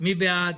מי בעד?